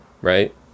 right